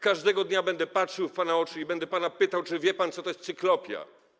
Każdego dnia będę patrzył w pana oczy i będę pana pytał, czy wie pan, co to jest cyklopia.